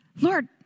Lord